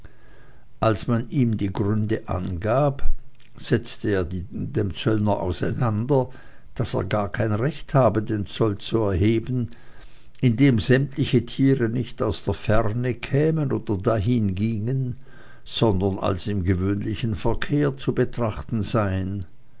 als man ihm die gründe angab setzte er dem zöllner auseinander daß er gar kein recht habe den zoll zu erheben indem sämtliche tiere nicht aus der ferne kämen oder dahin gingen sondern als im gewöhnlichen verkehr zu betrachten seien